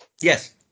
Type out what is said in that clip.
yes